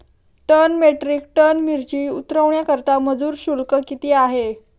एक metric ton मिरची उतरवण्याकरता मजुर शुल्क किती आहे?